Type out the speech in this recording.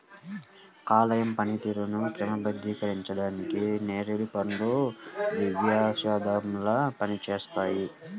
కాలేయం పనితీరుని క్రమబద్ధీకరించడానికి నేరేడు పండ్లు దివ్యౌషధంలా పనిచేస్తాయి